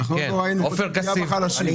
אנחנו עוד לא ראינו את הפגיעה בחלשים.